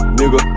nigga